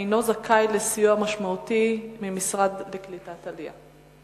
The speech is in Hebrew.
אינו זכאי לסיוע משמעותי מהמשרד לקליטת העלייה?